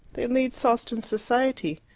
they lead sawston society.